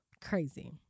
crazy